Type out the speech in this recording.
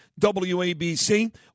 wabc